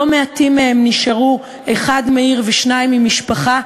לא מעטים מהם נשארו אחד מעיר ושניים ממשפחה.